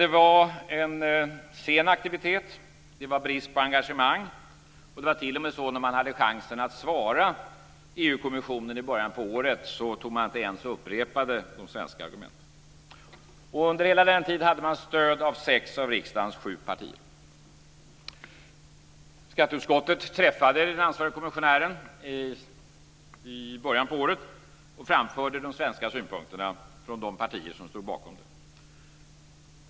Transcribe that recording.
Det var en sen aktivitet, och det var brist på engagemang, och när man hade chansen att svara kommissionen i början av året upprepade man inte de svenska argumenten. Under hela den tiden hade man stöd av sex av riksdagens sju partier. Skatteutskottet träffade den ansvarige kommissionären i början av året och framförde de svenska synpunkterna från de partier som stod bakom dem.